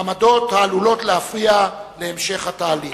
עמדות שעלולות להפריע להמשך התהליך.